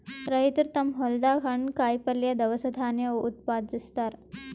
ರೈತರ್ ತಮ್ಮ್ ಹೊಲ್ದಾಗ ಹಣ್ಣ್, ಕಾಯಿಪಲ್ಯ, ದವಸ ಧಾನ್ಯ ಉತ್ಪಾದಸ್ತಾರ್